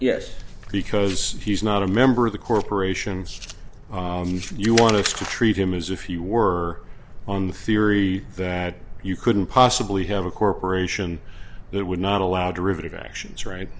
yes because he's not a member of the corporations you want to treat him as if you were on the theory that you couldn't possibly have a corporation that would not allow derivative actions right